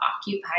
occupied